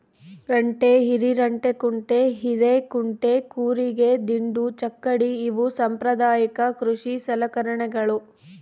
ರಂಟೆ ಹಿರೆರಂಟೆಕುಂಟೆ ಹಿರೇಕುಂಟೆ ಕೂರಿಗೆ ದಿಂಡು ಚಕ್ಕಡಿ ಇವು ಸಾಂಪ್ರದಾಯಿಕ ಕೃಷಿ ಸಲಕರಣೆಗಳು